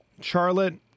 Charlotte